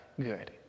good